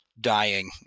dying